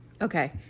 Okay